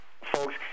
folks